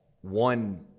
one